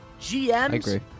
GMs